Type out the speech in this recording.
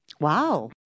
Wow